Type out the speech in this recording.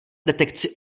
detekci